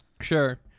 sure